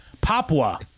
Papua